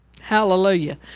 Hallelujah